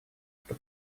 что